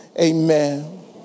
Amen